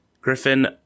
griffin